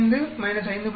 55 5